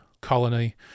colony